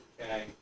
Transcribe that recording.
Okay